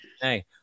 Hey